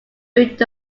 build